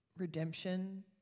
Redemption